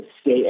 stay